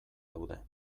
daude